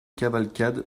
cavalcade